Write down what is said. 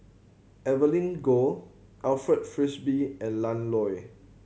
Evelyn Goh Alfred Frisby and Ian Loy